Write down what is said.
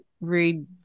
read